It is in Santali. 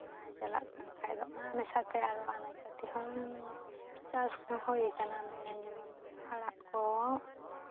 ᱪᱟᱞᱟᱜ ᱠᱟᱱ ᱠᱷᱟᱡ ᱫᱚ ᱚᱱᱟ ᱢᱮᱥᱟᱛᱮ ᱟᱨᱚ ᱟᱱᱟᱡᱯᱟᱹᱛᱤ ᱦᱚᱸᱢ ᱪᱟᱥ ᱦᱳᱭ ᱠᱟᱱᱟ ᱢᱟᱱᱮ ᱡᱮᱢᱚᱱ ᱟᱲᱟᱜ ᱠᱚ